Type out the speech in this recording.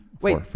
Wait